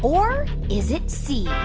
or is it c,